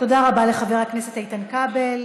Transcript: תודה רבה לחבר הכנסת איתן כבל.